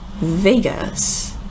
Vegas